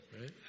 right